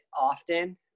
often